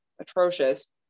atrocious